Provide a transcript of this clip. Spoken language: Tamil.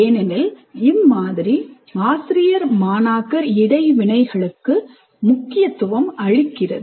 ஏனெனில் இம்மாதிரி ஆசிரியர் மாணாக்கர் தொடர்புகளுக்கு முக்கியத்துவம் அளிக்கிறது